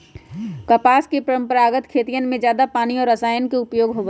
कपास के परंपरागत खेतियन में जादा पानी और रसायन के उपयोग होबा हई